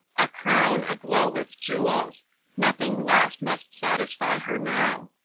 a crown, aglow with jewels nothing less must satisfy her now.